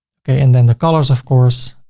okay. and then the colors, of course,